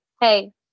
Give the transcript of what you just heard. hey